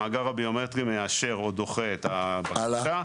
המאגר הביומטרי מאשר או דוחה את הבקשה.